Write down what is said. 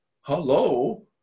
Hello